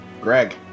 Greg